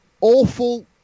Awful